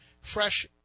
fresh